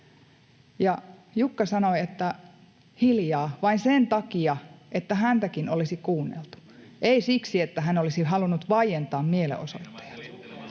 Jukka sanoi ”hiljaa” vain sen takia, että häntäkin olisi kuunneltu — ei siksi, että hän olisi halunnut vaientaa mielenosoittajat.